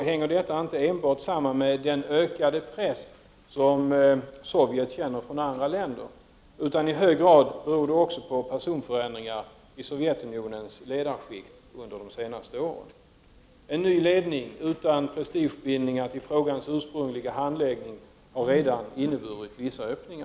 Detta är med stor sannolikhet den mest positiva utvecklingen på många år. Något bevis, vare sig för att Raoul Wallenberg lever eller är död, innebär händelsen dock inte.